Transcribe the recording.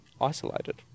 isolated